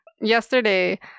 yesterday